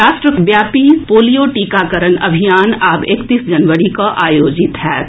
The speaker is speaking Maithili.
राष्ट्रव्यापी पोलिया टीकाकरण अभियान आब एकतीस जनवरी कऽ आयोजित होएत